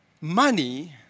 money